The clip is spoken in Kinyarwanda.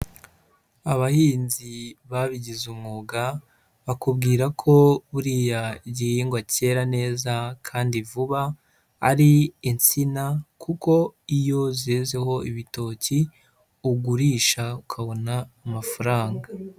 Abahinzi babigize umwuga bakubwira ko buriya igihingwa cyera neza kandi vuba, ari insina kuko iyo zezeho ibitoki ugurisha ukabona amafaranga.